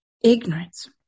ignorance